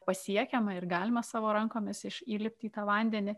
pasiekiama ir galima savo rankomis iš įlipti į tą vandenį